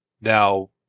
Now